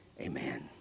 Amen